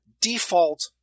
default